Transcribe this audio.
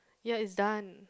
ya it's done